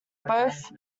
both